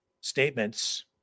statements